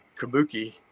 kabuki